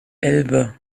elbe